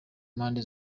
mpande